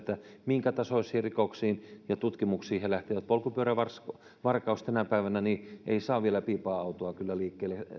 minkätasoisten rikosten tutkimuksiin he lähtevät polkupyörävarkaus tänä päivänä ei saa vielä piipaa autoa kyllä liikkeelle